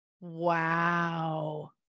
Wow